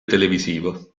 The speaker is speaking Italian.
televisivo